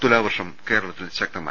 തുലാവർഷം കേരളത്തിൽ ശക്തമായി